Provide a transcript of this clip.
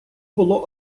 було